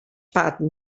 patton